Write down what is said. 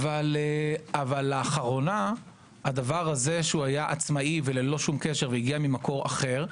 אך לאחרונה הדבר הזה שהיה עצמאי וללא קשר והגיע ממקור אחר,